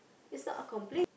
is not a complain